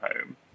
home